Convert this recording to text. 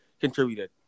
contributed